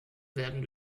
werden